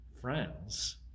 friends